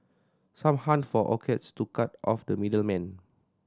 some hunt for orchards to cut out the middle man